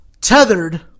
tethered